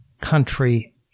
country